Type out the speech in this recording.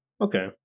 Okay